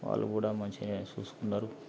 వాళ్ళు కూడా మంచిగానే చూసుకున్నారు